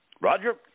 Roger